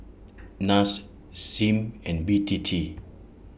Nas SIM and B T T